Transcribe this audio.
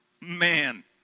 Man